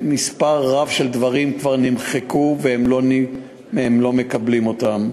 שמספר רב של דברים כבר נמחקו, והם לא מקבלים אותם.